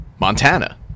Montana